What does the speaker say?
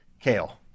Kale